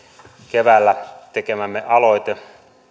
keväällä tekemämme aloite